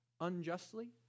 unjustly